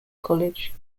college